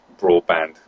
broadband